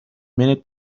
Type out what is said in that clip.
minute